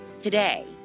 today